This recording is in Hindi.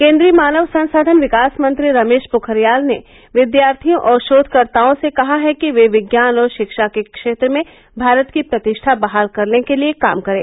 केन्द्रीय मानव संसाधन विकास मंत्री रमेश पोखरियाल ने विद्यार्थियों और शोधकर्ताओं से कहा है कि वे विज्ञान और शिक्षा के क्षेत्र में भारत की प्रतिष्ठा बहाल करने के लिए काम करें